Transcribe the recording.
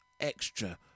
extra